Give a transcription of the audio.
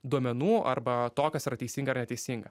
duomenų arba to kas yra teisinga ar neteisinga